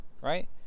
Right